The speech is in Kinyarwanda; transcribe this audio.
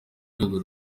rwego